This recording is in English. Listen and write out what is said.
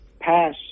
pass